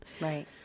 right